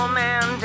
man